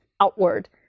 outward